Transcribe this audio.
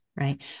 Right